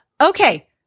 Okay